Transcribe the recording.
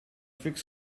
fixed